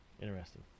Interesting